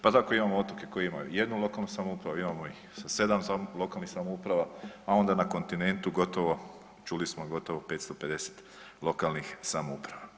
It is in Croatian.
Pa tako imamo otoke koji imaju jednu lokalnu samoupravu, imamo ih sa sedam lokalnih samouprava, a onda na kontinentu, čuli smo gotovo 550 lokalnih samouprava.